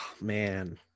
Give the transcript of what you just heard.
man